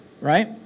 Right